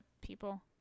people